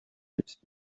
pit